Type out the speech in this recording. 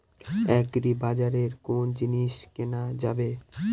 আগ্রিবাজারে কোন জিনিস কেনা যাবে?